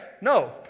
No